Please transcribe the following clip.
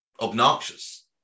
obnoxious